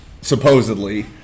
supposedly